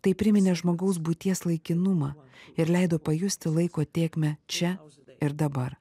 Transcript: tai priminė žmogaus būties laikinumą ir leido pajusti laiko tėkmę čia ir dabar